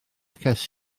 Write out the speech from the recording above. ces